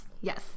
Yes